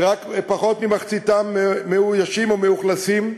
שרק פחות ממחציתם מאוישים או מאוכלסים,